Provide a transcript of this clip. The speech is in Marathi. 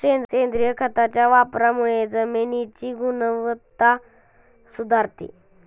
सेंद्रिय खताच्या वापरामुळे जमिनीची गुणवत्ता सुधारते